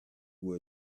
were